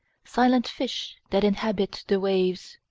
silent fish that inhabit the waves,